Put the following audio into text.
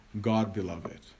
God-beloved